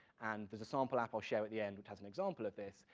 and there's a sample app i'll share at the end which has an example of this,